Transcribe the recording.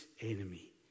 enemy